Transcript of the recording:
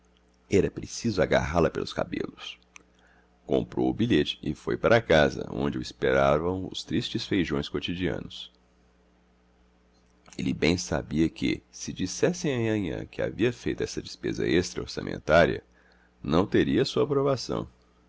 era preciso agarrá-la pelos cabelos comprou o bilhete e foi para casa onde o esperavam os tristes feijões quotidianos ele bem sabia que se dissesse a nhanhã que havia feito essa despesa extra orçamentária não teria a sua aprovação